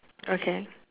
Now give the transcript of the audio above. okay